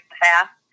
fast